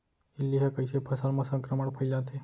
इल्ली ह कइसे फसल म संक्रमण फइलाथे?